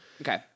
Okay